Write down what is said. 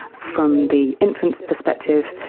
from the infant's perspective,